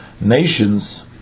nations